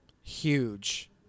Huge